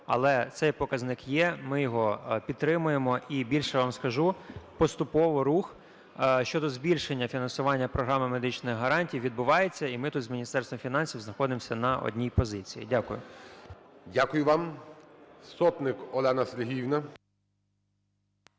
Але цей показник є, ми його підтримуємо, і, більше вам скажу, поступово рух щодо збільшення фінансування програми медичних гарантій відбувається, і ми тут з Міністерством фінансів знаходимося на одній позиції. Дякую. ГОЛОВУЮЧИЙ. Дякую вам. Сотник Олена Сергіївна.